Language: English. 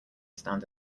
stand